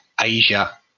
Asia